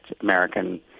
American